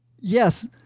Yes